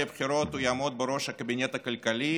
הבחירות הוא יעמוד בראש הקבינט הכלכלי